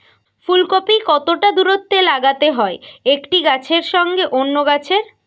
ফুলকপি কতটা দূরত্বে লাগাতে হয় একটি গাছের সঙ্গে অন্য গাছের?